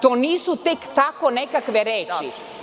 To nisu tek tako nekakve reči.